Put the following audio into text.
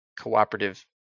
Cooperative